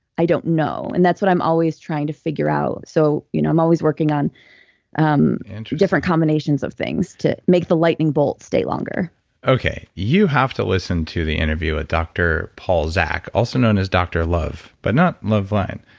i don't know and that's what i'm always trying to figure out. so you know i'm always working on um and different combinations of things to make the lightning bolt stay longer okay, you have to listen to the interview with dr. paul zak, also known as dr. love, but not loveline.